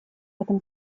этом